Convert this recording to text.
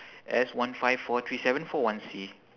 S one five four three seven four one C